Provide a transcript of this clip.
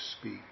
speak